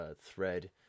thread